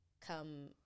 come